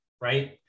right